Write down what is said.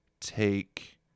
take